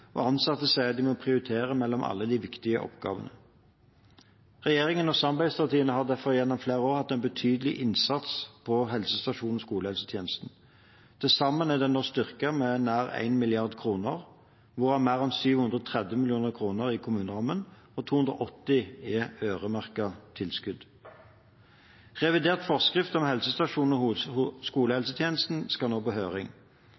og ansatte sier de må prioritere mellom alle de viktige oppgavene. Regjeringen og samarbeidspartiene har derfor gjennom flere år hatt en betydelig innsats for helsestasjons- og skolehelsetjenesten. Til sammen er den nå styrket med nær 1 mrd. kr, hvorav mer enn 730 mill. kr i kommunerammen og 280 mill. kr i øremerkede tilskudd. Revidert forskrift om helsestasjons- og skolehelsetjenesten skal nå på høring,